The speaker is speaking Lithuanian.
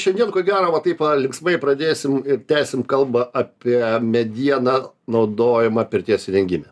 šiandien ko gero va taip va linksmai pradėsim ir tęsim kalbą apie medieną naudojimą pirties įrengime